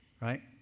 right